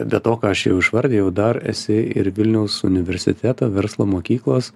be to ką aš jau išvardijau dar esi ir vilniaus universiteto verslo mokyklos